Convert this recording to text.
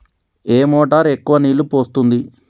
ఏ motor ఎక్కువ నీళ్లు పోస్తుంది?